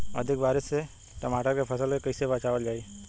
अधिक बारिश से टमाटर के फसल के कइसे बचावल जाई?